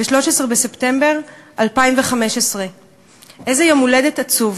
ב-13 בספטמבר 2015. איזה יום הולדת עצוב.